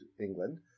England